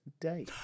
day